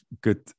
good